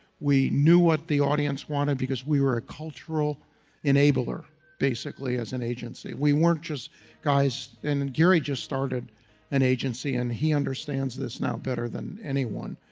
we knew what the audience wanted because we were a cultural enabler basically as an agency. we weren't just guys, and and gary just started an agency and he understands this now better than anyone,